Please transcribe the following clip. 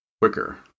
quicker